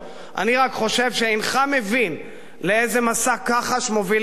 אני רק חושב שאינך מבין לאיזה מסע כחש מובילים אותך,